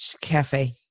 cafe